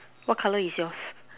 what colour is your